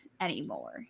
anymore